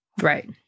Right